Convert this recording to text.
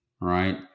right